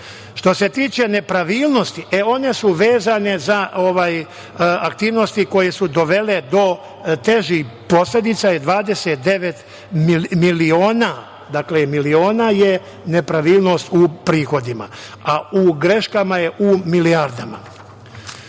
se tiče nepravilnosti, one su vezane za aktivnosti koje su dovele do težih posledica, je 29 miliona, dakle 29 miliona je nepravilnost u prihodima, a u greškama je u milijardama. Što